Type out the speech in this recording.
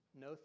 no